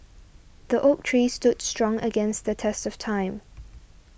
the oak tree stood strong against the test of time